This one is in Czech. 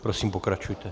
Prosím, pokračujte.